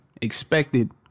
expected